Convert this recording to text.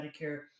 Medicare